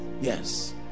yes